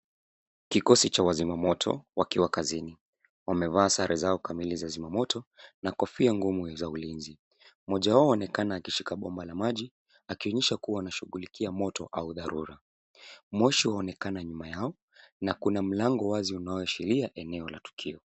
Kikosi cha wazima motto wakiwa kazini wamevaa sare zao kamili za zimamoto na kofia ngumu za ulinzi mmoja wao aonekana akishika bomba la maji akionyesha kua anashughulikia moto aua dharura moshi waonekana nyuma yao na kuna mlango wazi unaoashiria eneo la tukio.